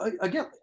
again